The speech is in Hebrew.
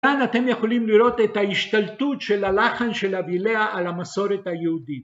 כאן אתם יכולים לראות את ההשתלטות של הלחן של אביליה על המסורת היהודית.